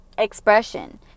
Expression